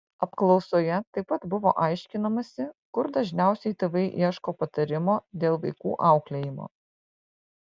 apklausoje taip pat buvo aiškinamasi kur dažniausiai tėvai ieško patarimo dėl vaikų auklėjimo